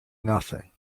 nothing